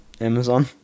amazon